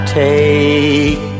take